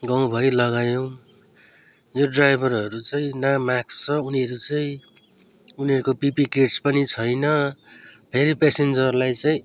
गाउँभरि लगायौँ यो ड्राइभरहरू चाहिँ न मास्क छ उनीहरू चाहिँ उनीहरूको पिपिई किट्स पनि छैन फेरि पेसेन्जरलाई चाहिँ